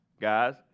guys